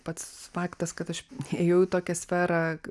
pats faktas kad aš ėjau į tokią sferą